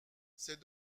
c’est